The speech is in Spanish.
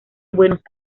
buenos